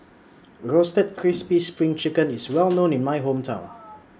Roasted Crispy SPRING Chicken IS Well known in My Hometown